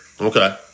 Okay